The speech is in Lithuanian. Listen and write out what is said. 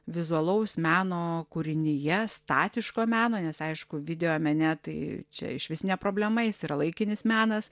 vizualaus meno kūrinyje statiško meno nes aišku videomene tai čia išvis ne problema jis yra laikinis menas